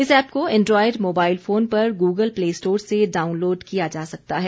इस ऐप को Android mobile phone पर गूगल प्ले स्टोर से डाउनलोड किया जा सकता है